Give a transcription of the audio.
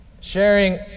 sharing